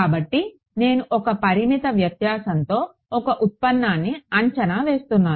కాబట్టి నేను ఒక పరిమిత వ్యత్యాసంతో ఒక ఉత్పన్నాన్ని అంచనా వేస్తున్నాను